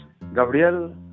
Gabriel